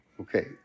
Okay